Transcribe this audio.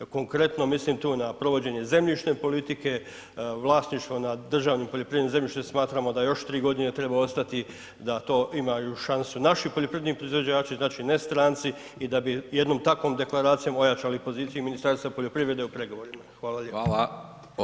Konkretno, mislim tu na provođenje zemljišne politike, vlasništva nad državnim poljoprivrednim zemljištem smatramo da još 3 godine treba ostati, da to imaju šansu naši poljoprivredni proizvođači, znači ne stranci i da bi jednom takvom deklaracijom ojačali poziciju Ministarstva poljoprivrede u pregovorima.